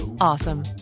awesome